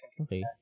okay